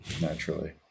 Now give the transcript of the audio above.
naturally